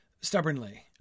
stubbornly